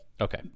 Okay